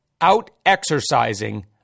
out-exercising